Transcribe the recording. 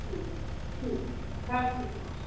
ٹھیک ہے ٹھیک ہے sir thank you so much